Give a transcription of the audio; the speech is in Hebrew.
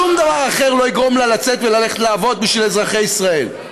שום דבר אחר לא יגרום לה לצאת וללכת לעבוד בשביל אזרחי ישראל,